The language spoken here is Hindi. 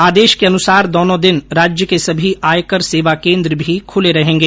आदेश के अनुसार दोनों दिन राज्य के सभी आयकर सेवा केन्द्र भी खुले रहेंगे